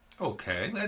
Okay